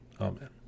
Amen